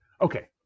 Okay